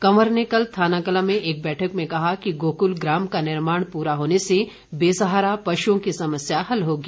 कंवर ने थानाकलां में एक बैठक में कहा कि गोकुल ग्राम का निर्माण पूरा होने से बेसहारा पशुओं की समस्या हल होगी